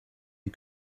you